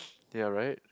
they are right